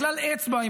בכלל אצבע,